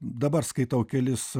dabar skaitau kelis